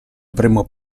avremmo